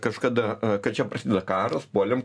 kažkada kad čia prasideda karas puolėm